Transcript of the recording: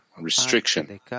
restriction